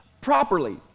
Properly